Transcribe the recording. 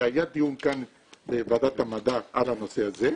היה דיון כאן בוועדת המדע על הנושא הזה,